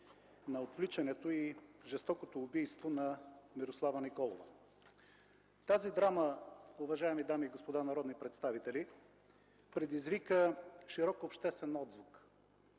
на отвличането и жестокото убийство на Мирослава Николова. Тази драма, уважаеми дами и господа народни представители, предизвика широк обществен отзвук